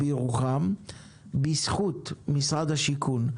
עשינו בזכות משרד השיכון,